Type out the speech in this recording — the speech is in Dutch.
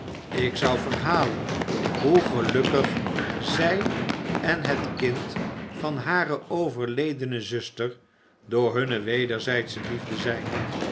ik zou verhalen hoe gelukkig zij en het kind van hare overledene zuster door hunne wederzijdsche liefde zijn